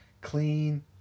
clean